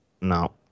no